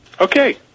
Okay